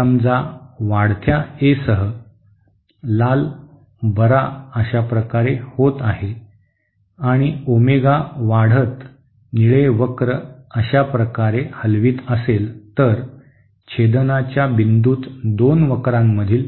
समजा वाढत्या ए सह लाल बरा अशाप्रकारे होत आहे आणि ओमेगा वाढत निळे वक्र अशा प्रकारे हलवित असेल तर छेदनाच्या बिंदूत दोन वक्रांमधील